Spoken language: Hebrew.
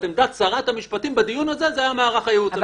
עמדת שרת המשפטים בדיון הזה היה מערך הייעוץ המשפטי.